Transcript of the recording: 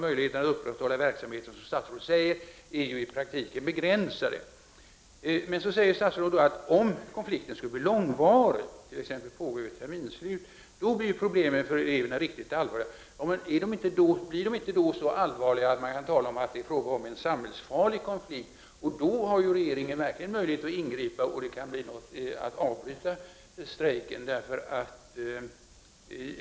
Möjligheten att upprätthålla verksamheten är, som statsrådet säger, i praktiken begränsad. Statsrådet säger att problemen för eleverna blir riktigt allvarliga om konflikten skulle bli långvarig, t.ex. pågå över ett terminsslut. Blir de då inte så allvarliga att man kan säga att det är fråga om en samhällsfarlig konflikt? Regeringen har då verkligen en möjlighet att ingripa och avbryta strejken.